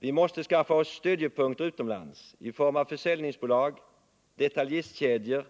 Vi måste skaffa oss stödjepunkter utomlands i form av försäljningsbolag, detaljistkedjor